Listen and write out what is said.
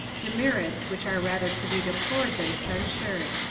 demerits which are rather to be deplored than censured.